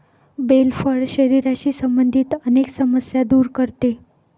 bell फळ शरीराशी संबंधित अनेक समस्या दूर करते